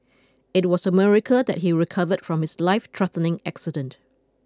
it was a miracle that he recovered from his lifethreatening accident